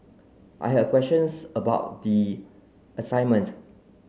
I had questions about the assignment